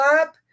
up